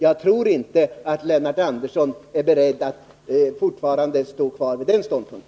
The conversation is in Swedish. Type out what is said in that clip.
Jag tror inte att Lennart Andersson då är beredd att stå kvar vid sin ståndpunkt.